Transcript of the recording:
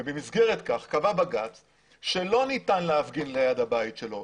ובמסגרת כך קבע בג"ץ שלא ניתן להפגין ליד הבית שלו.